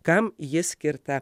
kam ji skirta